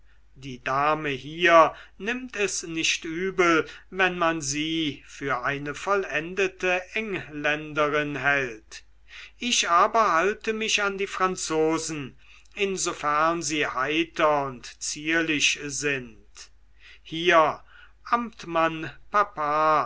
die dame hier nimmt es nicht übel wenn man sie für eine vollendete engländerin hält ich aber halte mich an die franzosen sofern sie heiter und zierlich sind hier amtmann papa